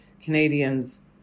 Canadians